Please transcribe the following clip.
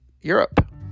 Europe